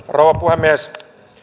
rouva puhemies